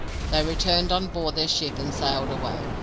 they returned on board their ship and sailed away,